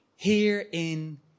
Herein